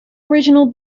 original